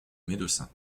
médecins